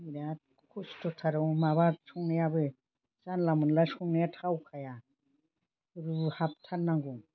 बिराद खस्थ'थार माबा संनायाबो जानला मोनला संनाया थावखाया रुहाब थारनांगौ